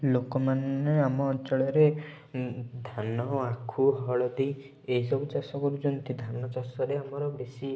ଲୋକମାନେ ଆମ ଅଞ୍ଚଳରେ ଧାନ ଆଖୁ ହଳଦୀ ଏଇସବୁ ଚାଷ କରୁଛନ୍ତି ଧାନ ଚାଷରେ ଆମର ବେଶୀ